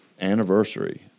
anniversary